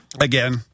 Again